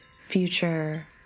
future